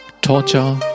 Torture